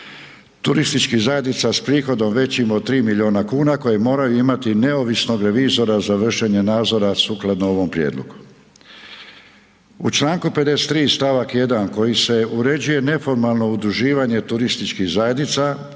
turističkih zajednica s prihodom većim od 3 milijuna kuna koje moraju imati neovisno od revizora za vršenje nadzora sukladno ovom prijedlogu. U članku 53. stavak 1. kojim se uređuje neformalno udruživanje turističkih zajednica